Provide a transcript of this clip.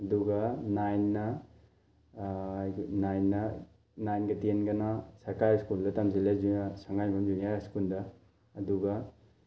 ꯑꯗꯨꯒ ꯅꯥꯏꯟꯅ ꯅꯥꯏꯟꯅ ꯅꯥꯏꯟꯒ ꯇꯦꯟꯒꯅ ꯁꯔꯀꯥꯔꯒꯤ ꯁ꯭ꯀꯨꯜꯗ ꯇꯝꯁꯤꯜꯂꯦ ꯁꯉꯥꯏꯌꯨꯝꯐꯝ ꯖꯨꯅꯤꯌꯥꯔ ꯍꯥꯏ ꯁ꯭ꯀꯨꯜꯗ ꯑꯗꯨꯒ